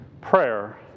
Prayer